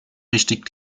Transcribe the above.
richtig